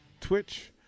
Twitch